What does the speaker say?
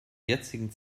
jetzigen